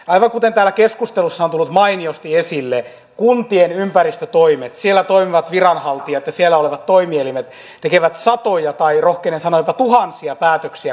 aivan kuten täällä keskustelussa on tullut mainiosti esille kuntien ympäristötoimet siellä toimivat viranhaltijat ja siellä olevat toimielimet tekevät satoja tai rohkenen sanoa tuhansia päätöksiä koko ajan